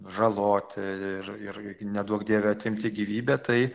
žaloti ir ir neduok dieve atimti gyvybę tai